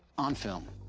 on film.